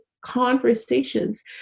conversations